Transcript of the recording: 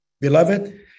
Beloved